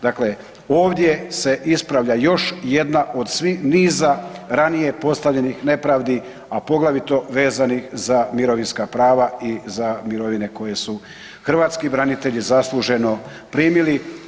Dakle, ovdje se ispravlja još jedna od niza ranije postavljenih nepravdi, a poglavito vezanih za mirovinska prava i za mirovine koje su hrvatski branitelji zasluženo primili.